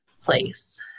place